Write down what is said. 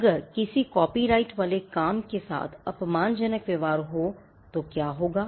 अगर किसी कॉपीराइट वाले काम के साथ अपमानजनक व्यवहार हो तो क्या होगा